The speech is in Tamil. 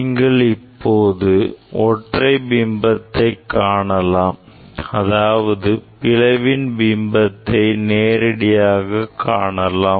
நீங்கள் இப்போது ஒற்றை பிம்பத்தை காணலாம் அதாவது பிளவின் பிம்பத்தை நேரடியாக காணலாம்